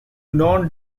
non